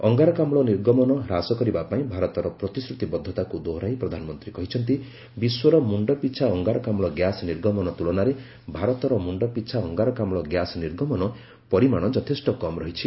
ଅଙ୍ଗାରକାମ୍ ନିର୍ଗମନ ହ୍ରାସ କରିବା ପାଇଁ ଭାରତର ପ୍ରତିଶ୍ରତିବଦ୍ଧତାକୁ ଦୋହରାଇ ପ୍ରଧାନମନ୍ତ୍ରୀ କହିଛନ୍ତି ବିଶ୍ୱର ମୁଣ୍ଡପିଛା ଅଙ୍ଗାରକାମ୍କ ଗ୍ୟାସ୍ ନିର୍ଗମନ ତୁଳନାରେ ଭାରତର ମୁଣ୍ଡପିଛା ଅଙ୍ଗାରକାମ୍କ ଗ୍ୟାସ୍ ନିର୍ଗମନ ପରିମାଣ ଯଥେଷ୍ଟ କମ୍ ରହିଛି